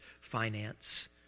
finance